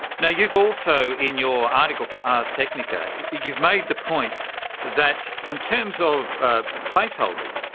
now you've also, in your article for ars technica, you've made the point that in terms of ah placeholders,